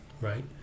right